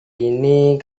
ini